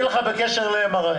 וכמובן הכול בצורה הדרגתית,